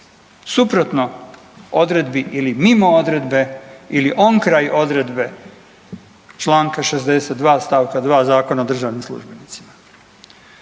Suprotno odredbi ili mimo odredbe ili onkraj odredbe članka 62. stavka 2. Zakona o državnim službenicima.